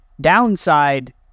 downside